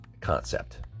concept